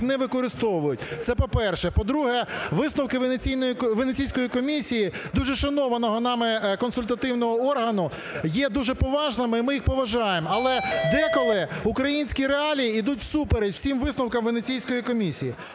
не використовують. Це по-перше. По-друге, висновки Венеційської комісії, дуже шанованого нами консультативного органу, є дуже поважними і ми їх поважаємо. Але деколи українські реалії ідуть всупереч всім висновками Венеційської комісії.